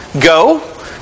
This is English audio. Go